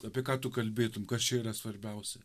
apie ką tu kalbėtum kas čia yra svarbiausia